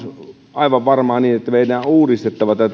aivan varmaan niin että meidän on uudistettava